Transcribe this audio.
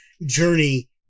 journey